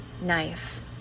knife